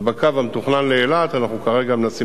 ובקו המתוכנן לאילת אנחנו כרגע מנסים